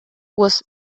was